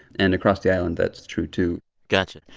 and across the island that's true, too got you.